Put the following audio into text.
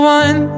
one